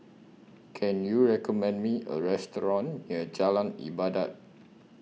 Can YOU recommend Me A Restaurant near Jalan Ibadat